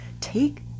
take